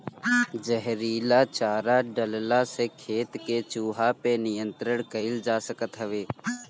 जहरीला चारा डलला से खेत के चूहा पे नियंत्रण कईल जा सकत हवे